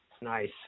Nice